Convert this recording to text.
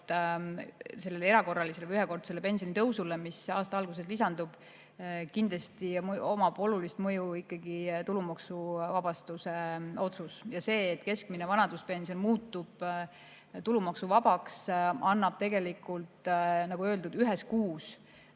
sellele erakorralisele ühekordsele pensionitõusule, mis aasta alguses lisandub, on kindlasti olulise mõjuga ka tulumaksuvabastuse otsus. Ja see, et keskmine vanaduspension muutub tulumaksuvabaks, annab tegelikult, nagu öeldud, ühes kuus